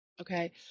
Okay